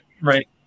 Right